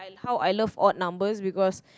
how I love odd numbers because